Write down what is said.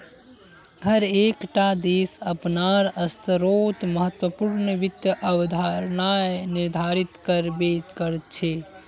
हर एक टा देश अपनार स्तरोंत महत्वपूर्ण वित्त अवधारणाएं निर्धारित कर बे करछे